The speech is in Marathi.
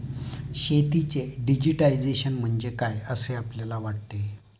शेतीचे डिजिटायझेशन म्हणजे काय असे आपल्याला वाटते?